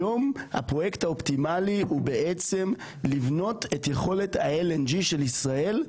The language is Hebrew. היום הפרויקט האופטימלי הוא בעצם לבנות את יכולת ה-LNG של ישראל,